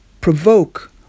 provoke